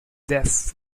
death